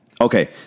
Okay